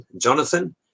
Jonathan